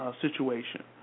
situation